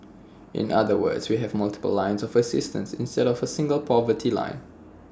in other words we have multiple lines of assistance instead of A single poverty line